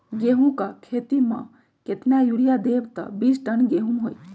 गेंहू क खेती म केतना यूरिया देब त बिस टन गेहूं होई?